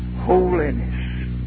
holiness